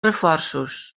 reforços